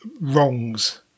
wrongs